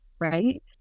right